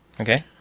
Okay